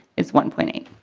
it's one point eight.